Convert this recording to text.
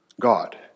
God